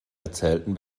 erzählten